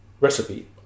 recipe